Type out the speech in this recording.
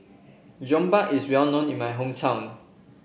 Jokbal is well known in my hometown